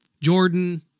Jordan